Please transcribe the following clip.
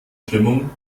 stimmung